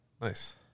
Nice